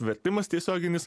vertimas tiesioginis